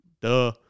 Duh